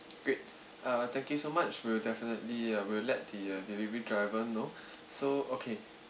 great uh thank you so much we'll definitely uh we'll let the uh delivery driver know so okay